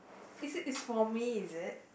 is it is for me is it